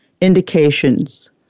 indications